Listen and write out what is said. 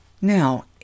Now